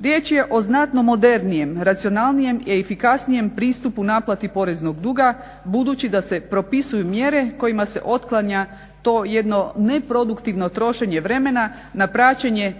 Riječ je o znatno modernijem, racionalnijem, efikasnije pristupu naplati poreznog duga, budući da se propisuju mjere kojima se otklanja to jedno ne produktivno trošenje vremena na praćenje